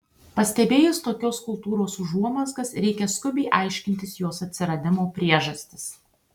pastebėjus tokios kultūros užuomazgas reikia skubiai aiškintis jos atsiradimo priežastis